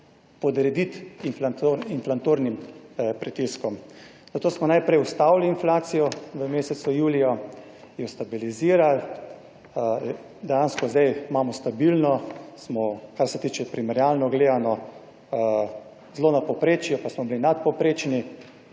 podrediti inflantornim pritiskom. Zato smo najprej ustavili inflacijo v mesecu juliju, jo stabilizirali. Dejansko sedaj imamo stabilno, smo, kar se tiče primerjalno gledano zelo na povprečju pa smo bili nadpovprečni